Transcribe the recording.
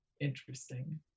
Interesting